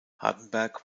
hardenberg